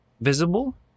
visible